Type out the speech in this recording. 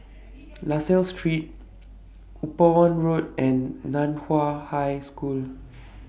La Salle Street Upavon Road and NAN Hua High School